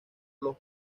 los